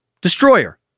destroyer